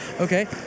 Okay